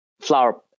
flower